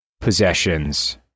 possessions